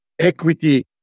equity